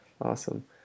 Awesome